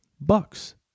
bucks